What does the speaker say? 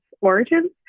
origins